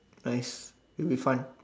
like would be fun